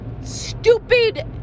stupid